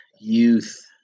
Youth